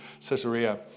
Caesarea